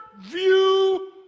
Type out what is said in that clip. view